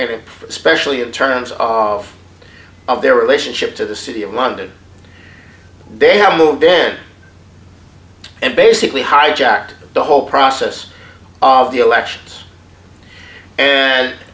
and especially in terms of of their relationship to the city of london they have moved in and basically hijacked the whole process of the elections and